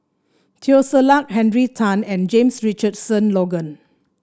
Teo Ser Luck Henry Tan and James Richardson Logan